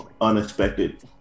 unexpected